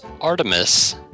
Artemis